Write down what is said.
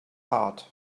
heart